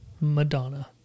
Madonna